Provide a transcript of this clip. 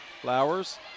Flowers